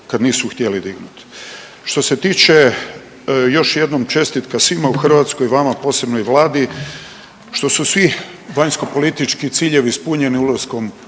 kad nisu htjeli dignuti. Što se tiče još jednom čestitka svima u Hrvatskoj, vama posebno i Vladi što su svi vanjsko-politički ciljevi ispunjeni ulaskom u Schengen